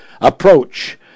approach